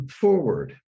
forward